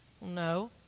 No